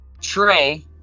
Trey –